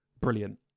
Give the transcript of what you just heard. brilliant